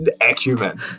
acumen